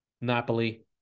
Napoli